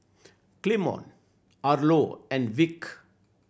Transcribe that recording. Clemon Arlo and Vic